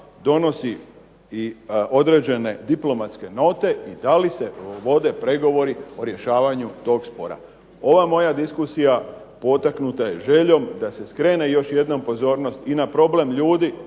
donosi i određene diplomatske note i da li se vode pregovori o rješavanju tog spora. Ova moja diskusija potaknuta je željom da se skrene još jednom pozornost i na problem ljudi